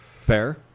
Fair